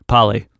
Polly